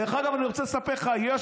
דרך אגב, אני רוצה לספר לך, יש